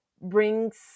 brings